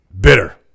bitter